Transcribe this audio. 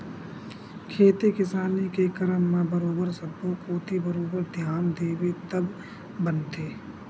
खेती किसानी के करब म बरोबर सब्बो कोती बरोबर धियान देबे तब बनथे